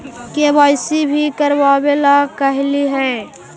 KYC भी करवावेला कहलिये हे?